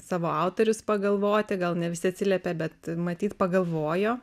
savo autorius pagalvoti gal ne visi atsiliepė bet matyt pagalvojo